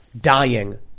dying